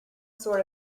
sort